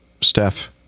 Steph